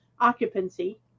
occupancy